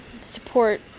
support